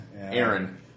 Aaron